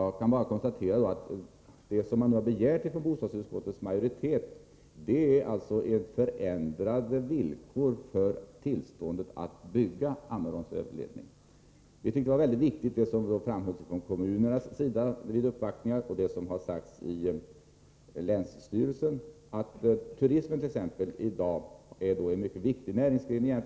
Jag kan bara konstatera att vad bostadsutskottets majoritet nu har begärt är ändrade villkor för tillståndet att bygga Ammeråns överledning. Vi tyckte att det var mycket viktiga skäl som framfördes från kommunernas sida vid uppvaktningar och från länsstyrelsen, att turismen i dag är en mycket väsentlig näringsgren i Jämtlands län.